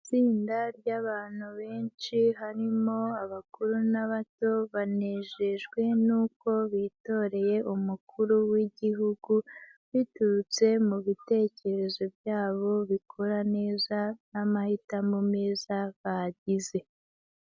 Itsinda ry'abantu benshi harimo abakuru n'abato, banejejwe nuko bitoreye umukuru w'igihugu biturutse mu bitekerezo byabo bikora neza n'amahitamo meza bagize.